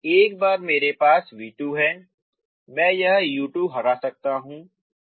तो एक बार मेरे पास v2 है मैं यह u2 हटा सकता हूँ